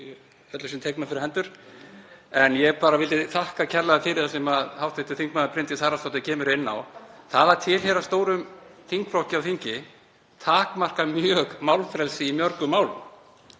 Það að tilheyra stórum þingflokki á þingi takmarkar mjög málfrelsi í mörgum málum.